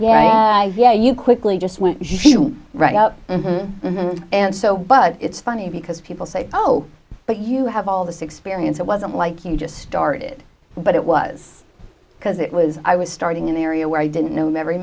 yeah yeah you quickly just went right up and so but it's funny because people say oh but you have all this experience it wasn't like you just started but it was because it was i was starting in the area where i didn't know every